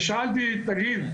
ושאלתי תגיד,